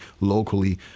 locally